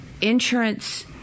insurance